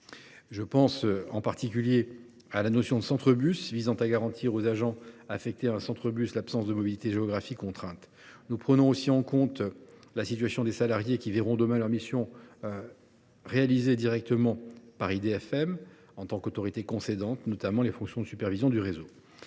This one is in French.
Je pense notamment à la notion de centre bus visant à garantir aux agents affectés à un centre bus l’absence de mobilité géographique contrainte. Nous prenons aussi en compte la situation des salariés qui verront, demain, leur mission assurée directement par IDFM, en tant qu’autorité concédante, notamment pour ce qui concerne les fonctions de supervision du réseau.